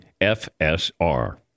FSR